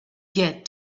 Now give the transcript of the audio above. get